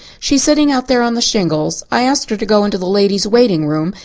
she's sitting out there on the shingles. i asked her to go into the ladies' waiting room,